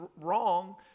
wrong